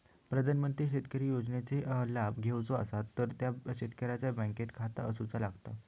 प्रधानमंत्री शेतकरी योजनेचे लाभ घेवचो असतात तर त्या शेतकऱ्याचा बँकेत खाता असूचा लागता